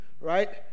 right